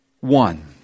one